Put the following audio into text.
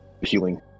healing